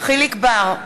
יחיאל חיליק בר,